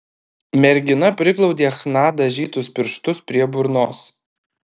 mergina priglaudė chna dažytus pirštus prie burnos